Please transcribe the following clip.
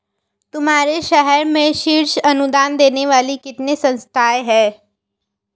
तुम्हारे शहर में शीर्ष अनुदान देने वाली कितनी संस्थाएं हैं?